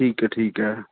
ਠੀਕ ਹੈ ਠੀਕ ਹੈ